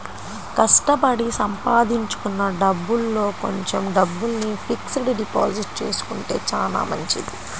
కష్టపడి సంపాదించుకున్న డబ్బుల్లో కొంచెం డబ్బుల్ని ఫిక్స్డ్ డిపాజిట్ చేసుకుంటే చానా మంచిది